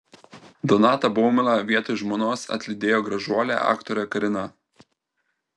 donatą baumilą vietoj žmonos atlydėjo gražuolė aktorė karina